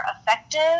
effective